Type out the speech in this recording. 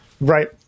Right